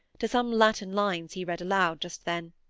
to some latin lines he read aloud just then.